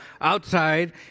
outside